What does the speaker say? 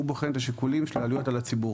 בוחן את השיקולים של העלויות על הציבור,